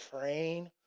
train